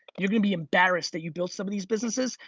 you're gonna be embarrassed that you built some of these businesses,